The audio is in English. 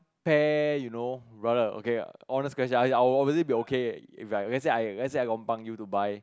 pair you know brother okay honest question I I will obviously be okay if like let's say I let's say I lompang you to buy